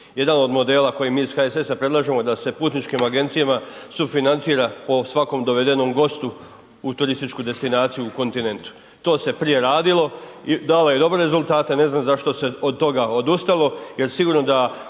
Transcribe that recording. Jedan od modela koji mi iz HSS predlažemo da se putničkim agencijama sufinancira po svakom dovedenom gostu u turističku destinaciju u kontinentu. To se prije radilo i dalo je dobre rezultate, ne znam zašto se od toga odustalo jer sigurno da